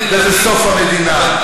וזה סוף המדינה.